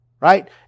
right